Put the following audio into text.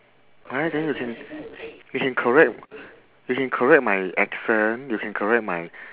right then you can you can correct you can correct my accent you can correct my